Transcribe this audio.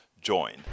join